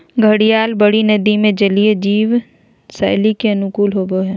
घड़ियाल बड़ी नदि में जलीय जीवन शैली के अनुकूल होबो हइ